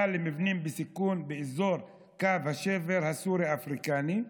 למבנים בסיכון באזור קו השבר הסורי אפריקני.